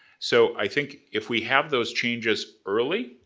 so, i think if we have those changes early,